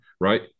Right